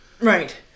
Right